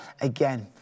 again